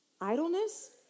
Idleness